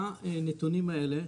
בנתונים האלה,